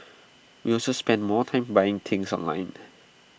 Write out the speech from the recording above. we also spend more time buying things online